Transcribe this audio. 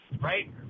Right